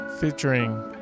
Featuring